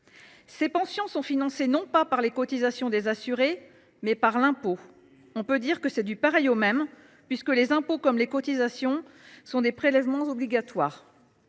Ces pensions sont financées non par les cotisations des assurés, mais par l’impôt. On pourrait dire que c’est du pareil au même, puisque les impôts, comme les cotisations, sont des prélèvements obligatoires.